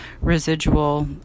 residual